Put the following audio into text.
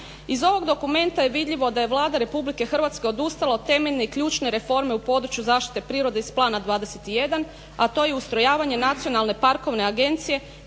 Iz ovog dokumenta je vidljivo da je Vlada Republike Hrvatske odustala od temeljne i ključne reforme u području zaštite prirode iz Plana 21, a to je ustrojavanja Nacionalne parkovne agencije